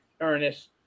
Ernest